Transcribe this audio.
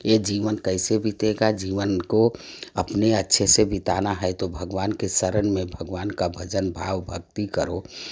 ये जीवन कैसे बीतेगा जीवन को अपने अच्छे से बिताना है तो भगवान के शरण में भगवान का भजन भाव भक्ति करो